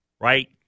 Right